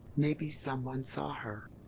maybe someone saw her.